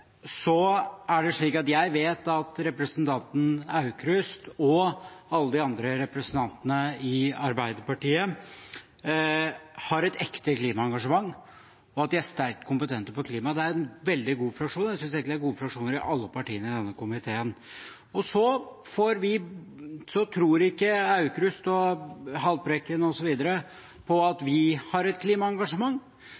Jeg vet at representanten Aukrust og alle de andre representantene i Arbeiderpartiet har et ekte klimaengasjement, og at de er sterkt kompetente på klima. Det er en veldig god fraksjon. Jeg synes egentlig det er gode fraksjoner fra alle partiene i denne komiteen. Så tror ikke Aukrust, Haltbrekken osv. på at